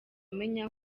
amenya